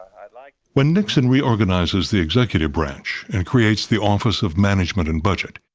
like when nixon reorganizes the executive branch and creates the office of management and budget,